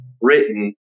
written